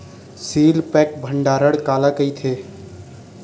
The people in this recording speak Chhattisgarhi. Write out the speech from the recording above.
सील पैक भंडारण काला कइथे?